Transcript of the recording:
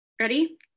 Ready